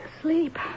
Sleep